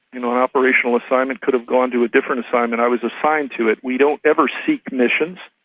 you know, operational assignment, could've gone to a different assignment, i was assigned to it. we don't ever seek missions,